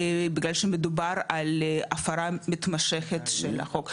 בגלל שמדובר על הפרה מתמשכת של החוק,